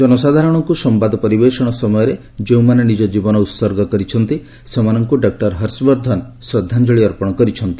ଜନସାଧାରଣଙ୍କ ସମ୍ବାଦ ପରିବେଷଣ ସମୟରେ ଯେଉଁମାନେ ନିଜ ଜୀବନ ଉତ୍ସର୍ଗ କରିଛନ୍ତି ସେମାନଙ୍କୁ ଡକ୍ଟର ହର୍ଷବର୍ଦ୍ଧନ ଶ୍ରଦ୍ଧାଞ୍ଚଳି ଅର୍ପଣ କରିଛନ୍ତି